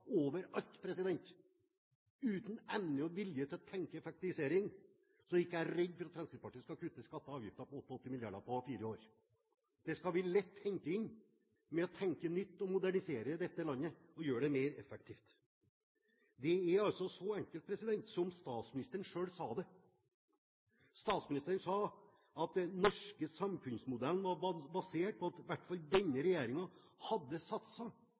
overalt, uten evne og vilje til å tenke effektivisering, så er ikke jeg redd for at Fremskrittspartiet skal kutte 88 mrd. kr i skatter og avgifter på fire år. Det skal vi lett hente inn ved å tenke nytt, modernisere dette landet og gjøre det mer effektivt. Det er altså så enkelt som statsministeren selv sa det. Statsministeren sa at den norske samfunnsmodellen var basert på at i hvert fall denne regjeringen hadde